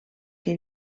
que